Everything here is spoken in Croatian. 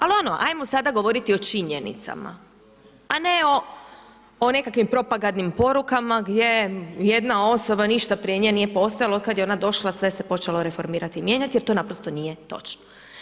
Ali ono, ajmo sada govoriti o činjenicama a ne o nekakvim propagandnim porukama gdje jedna osoba ništa prije nje nije postojalo otkada je ona došla, sve se počelo reformirati i mijenjati jer to naprosto nije točno.